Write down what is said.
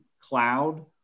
cloud